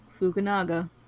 Fukunaga